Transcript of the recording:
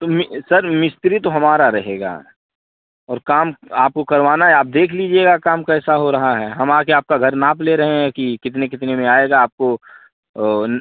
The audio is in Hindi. तो सर मिस्त्री तो हमारा रहेगा और काम आपको करवाना है आप देख लीजिएगा काम कैसा हो रहा है हम आके आपका घर नाप ले रए हैं कि कितने कितने में आएगा आपको